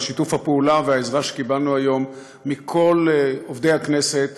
על שיתוף הפעולה והעזרה שקיבלנו היום מכל עובדי הכנסת.